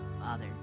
Father